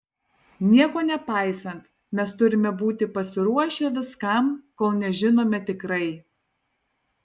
nieko nepaisant mes turime būti pasiruošę viskam kol nežinome tikrai